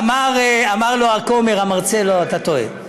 לא, אמר לו הכומר המרצה: לא, אתה טועה.